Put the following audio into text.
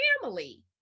family